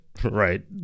Right